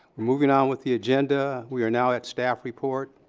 moving on with the agenda, we are now at staff report.